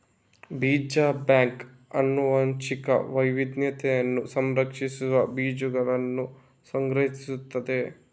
ಬೀಜ ಬ್ಯಾಂಕ್ ಆನುವಂಶಿಕ ವೈವಿಧ್ಯತೆಯನ್ನು ಸಂರಕ್ಷಿಸಲು ಬೀಜಗಳನ್ನು ಸಂಗ್ರಹಿಸುತ್ತದೆ